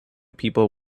people